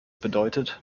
bedeutet